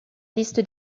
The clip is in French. liste